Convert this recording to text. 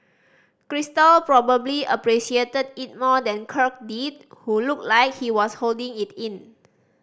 Crystal probably appreciated it more than Kirk did who looked like he was holding it in